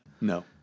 No